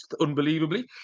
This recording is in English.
unbelievably